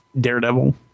Daredevil